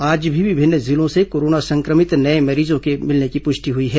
आज भी विभिन्न जिलों से कोरोना संक्रमित नये मरीजों के मिलने की पुष्टि हुई है